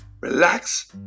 relax